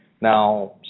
Now